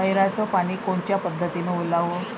नयराचं पानी कोनच्या पद्धतीनं ओलाव?